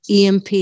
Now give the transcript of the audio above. EMP